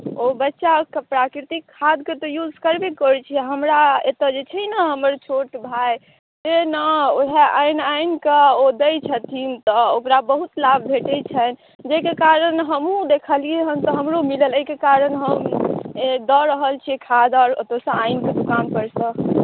ओ बच्चा सब प्राकृतिक खाद के तऽ यूज करबे करै छै हमरा एतय जे छै ने हमर छोट भाई से ने ओहय आनि आनि कय ओ दै छथिन तऽ ओकरा बहुत लाभ भेटै छै जाहि के कारण हमहुॅं देखलियै हन तऽ हमरो मिलल एहि के कारण हम दऽ रहल छियै खाद आर पैसा आनि कय किसान सब कय